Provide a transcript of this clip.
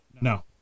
No